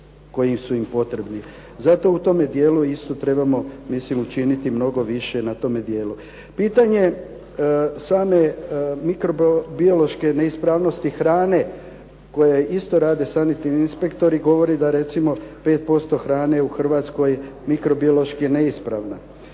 koji su im potrebni. Zato u tome dijelu isto trebamo mislim učiniti mnogo više na tome dijelu. Pitanje same mikrobiološke neispravnosti hrane koju isto rade sanitarni inspektori govori da recimo 5% hrane u Hrvatskoj mikrobiološki je neispravna.